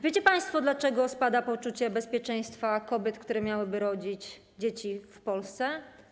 Wiecie państwo, dlaczego spada poczucie bezpieczeństwa kobiet, które miałyby rodzić dzieci w Polsce?